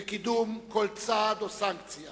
בקידום כל צעד או סנקציה